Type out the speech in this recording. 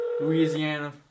Louisiana